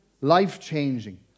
Life-changing